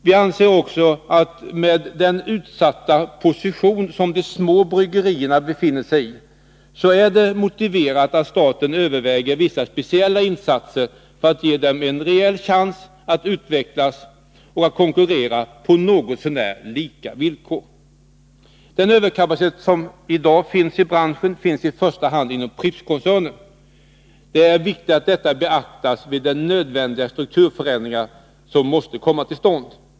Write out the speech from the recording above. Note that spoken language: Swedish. Vi anser också att med den utsatta position som de små bryggerierna befinner sig i är det motiverat att staten överväger vissa speciella insatser för att ge dem en reell chans att utvecklas och konkurrera på något så när lika villkor. Den överkapacitet som i dag finns i branschen finns i första hand inom Prippskoncernen. Det är viktigt att detta beaktas vid den nödvändiga strukturförändring som måste komma till stånd.